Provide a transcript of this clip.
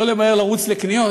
לא למהר לרוץ לקניות,